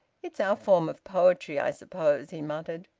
it's our form of poetry, i suppose, he muttered,